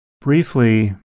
briefly